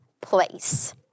place